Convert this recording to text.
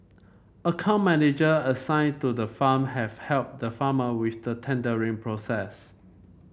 account manager assigned to the farm have helped the farmer with the tendering process